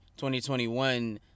2021